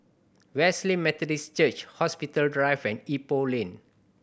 Wesley Methodist Church Hospital Drive and Ipoh Lane